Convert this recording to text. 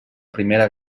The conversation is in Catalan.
primera